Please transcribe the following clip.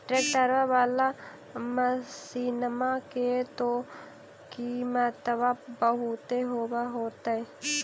ट्रैक्टरबा बाला मसिन्मा के तो किमत्बा बहुते होब होतै?